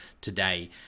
today